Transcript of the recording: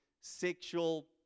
sexual